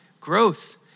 Growth